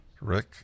Rick